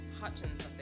Hutchins